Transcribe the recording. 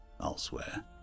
elsewhere